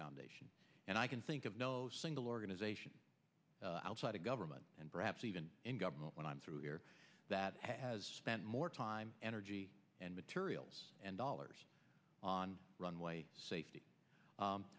foundation and i can think of no single organization outside of government and perhaps even in government when i'm through here that has spent more time energy and materials and dollars on runway safety